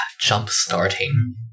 jump-starting